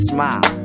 Smile